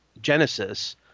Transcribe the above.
Genesis